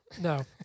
No